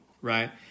right